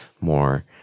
more